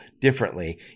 differently